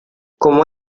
como